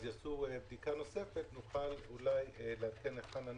אז יעשו בדיקה נוספת, נוכל אולי לעדכן אתכם.